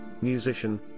musician